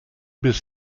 bis